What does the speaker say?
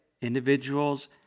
individuals